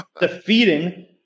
defeating